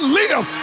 live